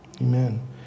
Amen